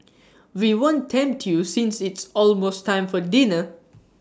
we won't tempt you since it's almost time for dinner